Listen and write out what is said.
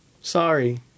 Sorry